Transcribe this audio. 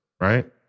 right